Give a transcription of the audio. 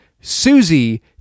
Susie